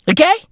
Okay